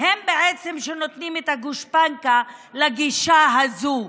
בעצם הם שנותנים את הגושפנקה לגישה הזו.